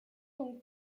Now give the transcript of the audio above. donc